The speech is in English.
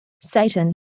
Satan